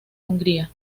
hungría